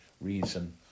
reason